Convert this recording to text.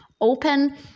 open